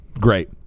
Great